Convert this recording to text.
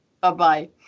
Bye-bye